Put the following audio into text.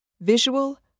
Visual